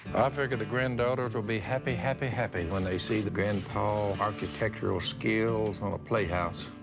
figured the granddaughters will be happy, happy, happy when they see the grandpa architectural skills on a playhouse.